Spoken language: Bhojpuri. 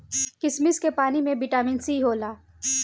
किशमिश के पानी में बिटामिन सी होला